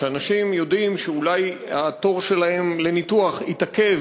כשאנשים יודעים שאולי התור שלהם לניתוח התעכב